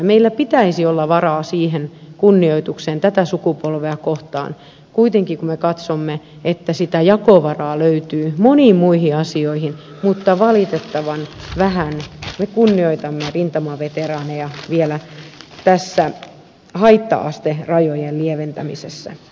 meillä pitäisi olla varaa siihen kunnioitukseen tätä sukupolvea kohtaan kuitenkin kun me katsomme että sitä jakovaraa löytyy moniin muihin asioihin mutta valitettavan vähän me kunnioitamme rintamaveteraaneja vielä tässä haitta asterajojen lieventämisessä